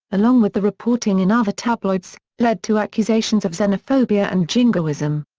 along with the reporting in other tabloids, led to accusations of xenophobia and jingoism.